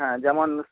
হ্যাঁ যেমন